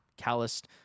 calloused